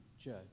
judge